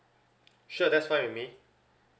sure that's fine with me